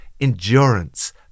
endurance